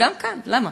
גם כאן, למה?